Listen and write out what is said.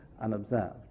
unobserved